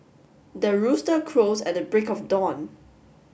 the rooster crows at the break of dawn